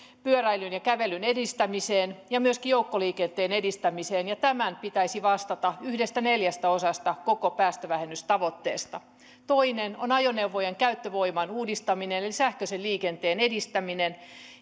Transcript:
pyöräilyn ja kävelyn edistämiseen ja myöskin joukkoliikenteen edistämiseen ja tämän pitäisi vastata yhdestä neljäsosasta koko päästövähennystavoitteesta toinen on ajoneuvojen käyttövoiman uudistaminen eli sähköisen liikenteen edistäminen